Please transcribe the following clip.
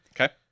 Okay